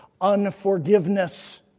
unforgiveness